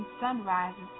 sunrises